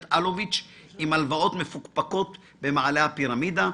אלוביץ' עם הלוואות מפוקפקות במעלה הפירמידה,